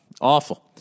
Awful